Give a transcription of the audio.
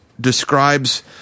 describes